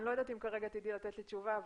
אני לא יודעת אם כרגע תדעי לתת לי תשובה,